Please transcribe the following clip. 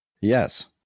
Yes